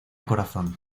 corazón